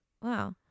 wow